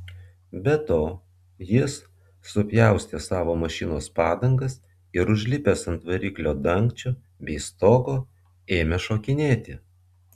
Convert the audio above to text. be to jis supjaustė savo mašinos padangas ir užlipęs ant variklio dangčio bei stogo ėmė šokinėti